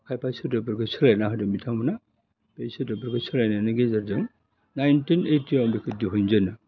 खायफा सोदोबफोरखौ सोलायना होदों बिथांमोना बे सोदोबफोरखौ सोलायनायनि गेजेरजों नाइनटिन ओइटि अवान आव बेखौ दिहुनजेनो